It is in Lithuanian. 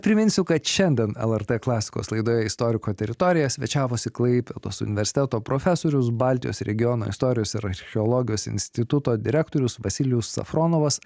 priminsiu kad šiandien lrt klasikos laidoje istoriko teritorija svečiavosi klaipėdos universiteto profesorius baltijos regiono istorijos ir archeologijos instituto direktorius vasilijus safronovas